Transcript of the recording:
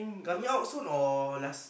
coming out soon or last